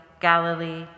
Galilee